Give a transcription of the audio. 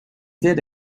did